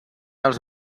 els